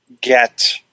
get